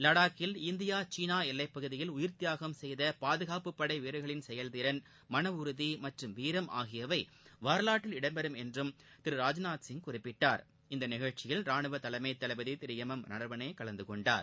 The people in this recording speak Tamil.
லடாக்கில் இந்தியா சீனா எல்லை பகுதியில் உயிர ்தியாகம் செய்த பாதுகாப்பு படைவீரர்களின் செயல்திறன் மன உறுதி மற்றும் வீரம் ஆகியவை வரவாற்றில் இடம்பெறும் என்று திரு ராஜ்நாத் சிங் குறிப்பிட்டார் இந்நிகழ்ச்சியில் ரானுவ தலைமை தளபதி திரு எம் எம் நரவானே கலந்துகொண்டார்